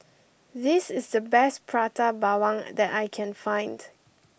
this is the best Prata Bawang that I can find